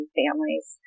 families